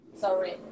sorry